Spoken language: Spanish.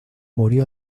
murió